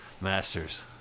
Masters